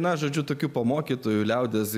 na žodžiu tokiu po mokytojų liaudies